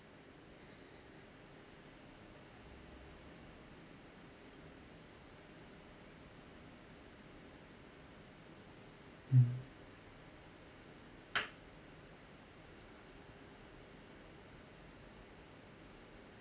mm